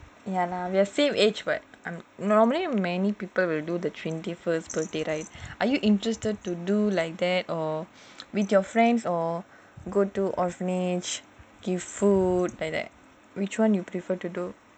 ya we are same age [what] normally many people will do their twenty first birthday right are you interested to do like that or with your friends or go to orphanage give food like that which [one] you prefer to do